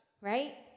Right